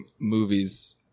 movies